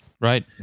Right